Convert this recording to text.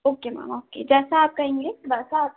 okay ma'am okay जैसा आप कहेंगी वैसा आप